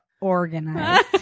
organized